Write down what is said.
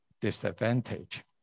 disadvantage